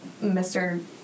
Mr